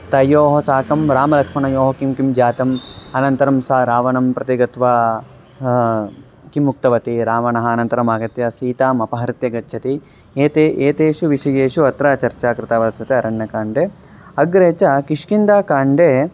तयोः साकं रामलक्ष्मणयोः किं किं जातम् अनन्तरं सा रावणं प्रति गत्वा किम् उक्तवती रावणः अनन्तरम् आगत्य सीताम् अपहृत्य गच्छति एतेषु एतेषु विषयेषु अत्र चर्चा कृता वर्तते अरण्यकाण्डे अग्रे च किष्किन्धाकाण्डे